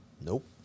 Nope